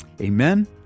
Amen